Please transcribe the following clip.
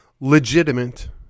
legitimate